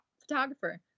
photographer